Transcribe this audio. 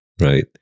right